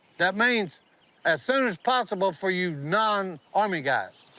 that means as soon as possible, for you know um um you guys.